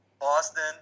Boston